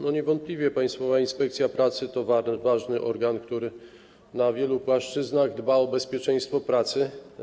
Niewątpliwie Państwowa Inspekcja Pracy to ważny organ, który na wielu płaszczyznach dba o bezpieczeństwo pracy.